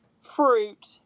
fruit